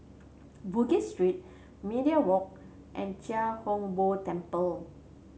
Bugis Street Media Walk and Chia Hung Boo Temple